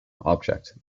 object